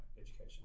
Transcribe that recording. education